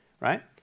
Right